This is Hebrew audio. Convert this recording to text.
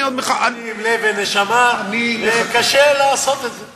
אני, נותנים עם לב ונשמה, וקשה לעשות את זה.